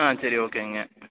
ஆ சரி ஓகேங்க